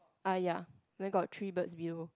ah ya then got three birds view